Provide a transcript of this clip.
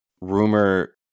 rumor